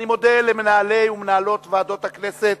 אני מודה למנהלי ומנהלות ועדות הכנסת